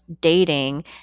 dating